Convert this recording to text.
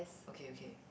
okay okay